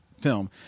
film